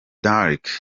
d’arc